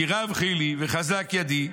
"כי רב חילי וחזק ידי".